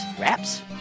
wraps